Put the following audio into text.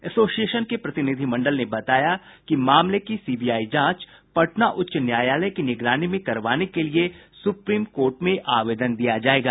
association के प्रतिनिधिमंडल ने बताया कि मामले की सीबीआई जांच पटना उच्च न्यायालय की निगरानी में करवाने के लिये सुप्रीम कोर्ट में आवेदन दिया जायेगा